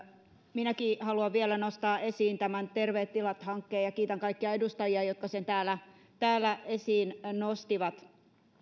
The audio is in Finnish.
minäkin haluan vielä nostaa esiin tämän terveet tilat hankkeen ja kiitän kaikkia edustajia jotka sen täällä täällä esiin nostivat